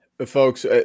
Folks